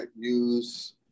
use